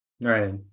Right